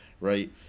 right